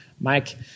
Mike